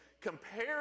compare